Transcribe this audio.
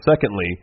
Secondly